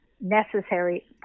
necessary